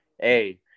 hey